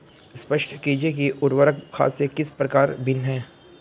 स्पष्ट कीजिए कि उर्वरक खाद से किस प्रकार भिन्न है?